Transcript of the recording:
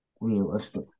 Realistic